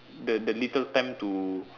the the little time to